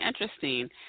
interesting